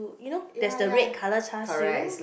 you know there's the red colour char siew